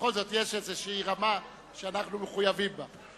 בכל זאת יש איזו רמה שאנחנו מחויבים בה.